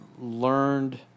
learned